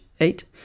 eight